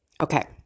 Okay